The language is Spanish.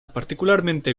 particularmente